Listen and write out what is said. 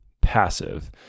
passive